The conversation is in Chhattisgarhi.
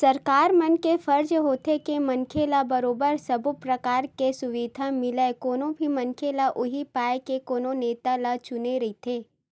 सरकार मन के फरज होथे के मनखे ल बरोबर सब्बो परकार के सुबिधा मिलय कोनो भी मनखे ह उहीं पाय के कोनो नेता ल चुने रहिथे